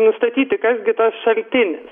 nustatyti kas gi tas šaltinis